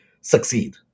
succeed